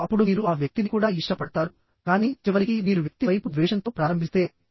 మరియు అప్పుడు మీరు ఆ వ్యక్తిని కూడా ఇష్టపడతారు కానీ చివరికి మీరు వ్యక్తి వైపు ద్వేషంతో ప్రారంభిస్తే